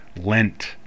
Lent